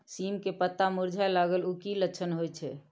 सीम के पत्ता मुरझाय लगल उ कि लक्षण होय छै?